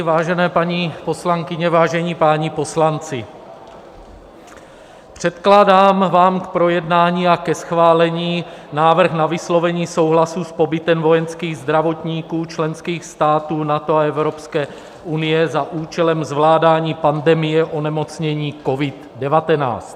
Vážené paní poslankyně, vážení páni poslanci, předkládám vám k projednání a ke schválení návrh na vyslovení souhlasu s pobytem vojenských zdravotníků členských států NATO a Evropské unie za účelem zvládání pandemie onemocnění COVID19.